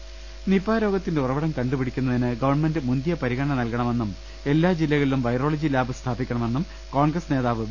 രദേഷ്ടെടു നിപ രോഗത്തിന്റെ ഉറവിടം കണ്ടുപിടിക്കുന്നതിന് ഗവൺമെന്റ് മുന്തിയ പരിഗണ നൽകണമെന്നും എല്ലാ ജില്ല കളിലും വൈറോളജി ലാബ് സ്ഥാപിക്കണമെന്നും കോൺഗ്രസ് നേതാവ് വി